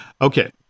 Okay